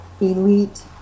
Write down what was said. elite